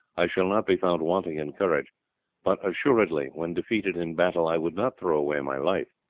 i shall not be found wanting in courage but assuredly when defeated in battle i would not throw away my life,